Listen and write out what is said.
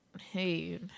hey